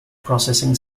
processing